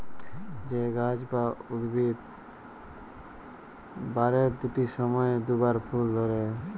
যে গাহাচ বা উদ্ভিদ বারের দুট সময়ে দুবার ফল ধ্যরে